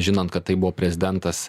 žinant kad tai buvo prezidentas